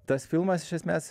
tas filmas iš esmės